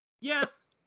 Yes